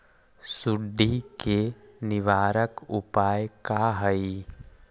सुंडी के निवारक उपाय का हई?